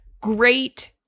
great